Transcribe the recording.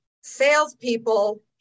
salespeople